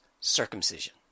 circumcision